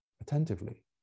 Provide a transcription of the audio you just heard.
Attentively